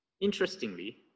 interestingly